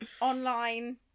online